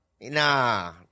nah